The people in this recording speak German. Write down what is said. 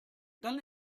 dann